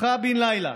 הפכה בן לילה